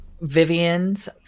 Vivian's